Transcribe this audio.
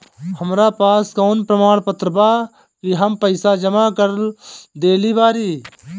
हमरा पास कौन प्रमाण बा कि हम पईसा जमा कर देली बारी?